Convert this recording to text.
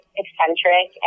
eccentric